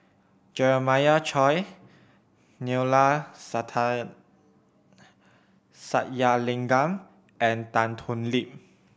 Jeremiah Choy Neila Sathyalingam and Tan Thoon Lip